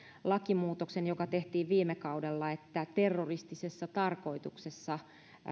lakimuutoksen joka tehtiin viime kaudella jolla terroristisessa tarkoituksessa